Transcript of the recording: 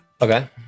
Okay